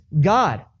God